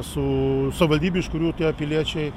su savivaldybių iš kurių tie piliečiai